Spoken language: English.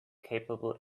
capable